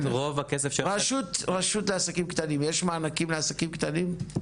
הרשות לעסקים קטנים, יש מענקים לעסקים קטנים?